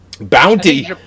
bounty